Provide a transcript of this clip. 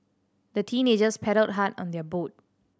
the teenagers paddled hard on their boat